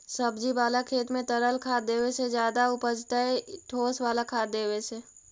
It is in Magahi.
सब्जी बाला खेत में तरल खाद देवे से ज्यादा उपजतै कि ठोस वाला खाद देवे से?